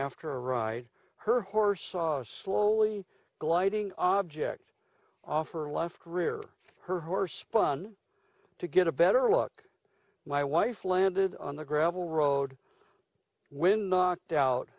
after a ride her horse was slowly gliding object off for a life career her horse spun to get a better look my wife landed on the gravel road when knocked out